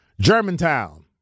Germantown